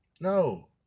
no